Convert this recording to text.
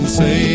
say